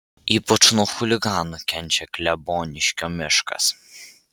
ypač nuo chuliganų kenčia kleboniškio miškas